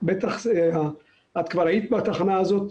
את בטח כבר היית בתחנה הזאת,